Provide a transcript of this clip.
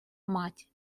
мать